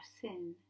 sin